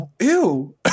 ew